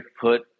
put